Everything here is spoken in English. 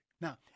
Now